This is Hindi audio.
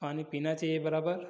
पानी पीना चाहिए बराबर